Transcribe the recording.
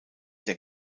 der